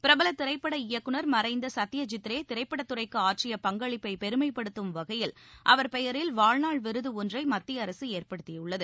பிரபலதிரைப்பட இயக்குநர் மறைந்தசத்யஜித்ரேதிரைப்படதுறைக்குஆற்றிய பங்களிப்பைபெருமைப்படுத்தும் வகையில் அவர் பெயரில் வாழ்நாள் விருதுஒன்றைமத்தியஅரசுஏற்படுத்தியுள்ளது